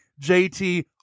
JT